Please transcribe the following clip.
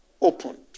opened